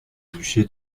duché